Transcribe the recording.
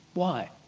why?